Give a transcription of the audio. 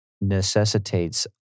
necessitates